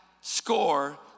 score